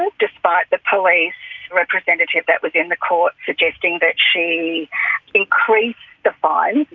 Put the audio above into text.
ah despite the police representative that was in the court suggesting that she increase the fine,